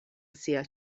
sia